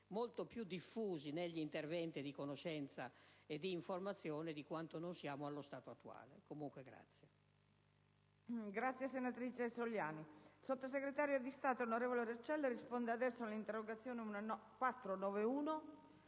competenti e diffusi negli interventi di conoscenza e di informazione di quanto non siamo allo stato attuale. Comunque, ringrazio